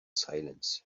silence